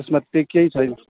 त्यसमा त्यो केही छैन